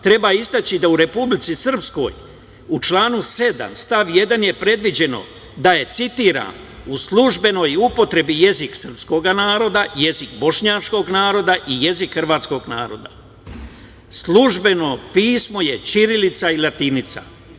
Treba istaći da u Republici Srpskoj, u članu 7. stav 1. je predviđeno da je, citiram: „U službenoj upotrebi jezik srpskog naroda, jezik bošnjačkog naroda i jezik hrvatskog naroda.“ Službeno pismo je ćirilica i latinica.